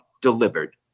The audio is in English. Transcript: delivered